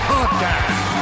Podcast